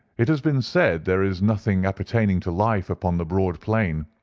it has been said there is nothing appertaining to life upon the broad plain.